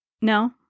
no